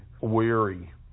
weary